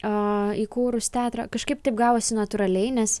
a įkūrus teatrą kažkaip taip gavosi natūraliai nes